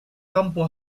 campo